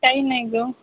काही नाही गं